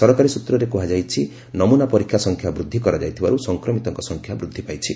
ସରକାରୀ ସୂତ୍ରରୁ କୁହାଯାଇଛି ଯେ ନମୁନା ପରୀକ୍ଷା ସଂଖ୍ୟା ବୃଦ୍ଧି କରାଯାଇଥିବାରୁ ସଂକ୍ରମିତଙ୍କ ସଂଖ୍ୟା ବୃଦ୍ଧି ପାଇଛି